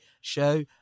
show